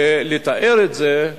לתאר את זה,